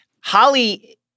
Holly